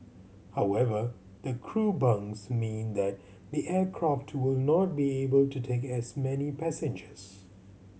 however the crew bunks mean that the aircraft will not be able to take as many passengers